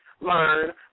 learn